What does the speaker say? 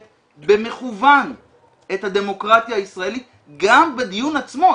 במכוון את הדמוקרטיה הישראלית גם בדיון עצמו,